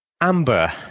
Amber